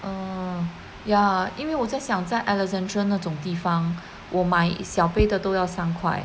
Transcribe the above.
oh ya 因为我在想在 alexandra 那种地方我买小杯的都要三块